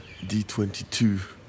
D22